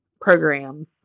programs